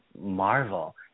Marvel